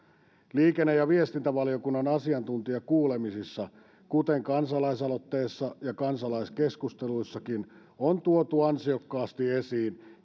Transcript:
liikenne ja viestintävaliokunnan asiantuntijakuulemisissa kuten kansalaisaloitteessa ja kansalaiskeskusteluissakin on tuotu ansiokkaasti esiin